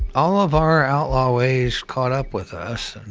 all of our outlaw ways caught up with us. and